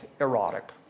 erotic